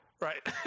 Right